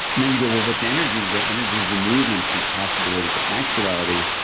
then you go, what's energy? you go, energy is the movement from possibility to actuality,